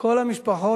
כל המשפחות,